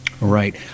Right